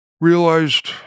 realized